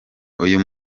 uyu